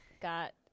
got